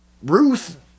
Ruth